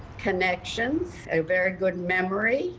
connections, a very good memory.